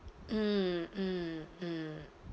mm mm mm